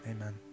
Amen